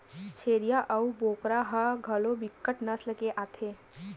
छेरीय अऊ बोकरा ह घलोक बिकट नसल के आथे